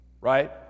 Right